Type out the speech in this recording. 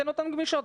תן אותן גמישות.